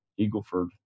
Eagleford